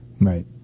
Right